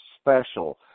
special